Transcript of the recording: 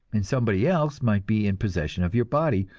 and somebody else might be in possession of your body,